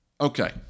Okay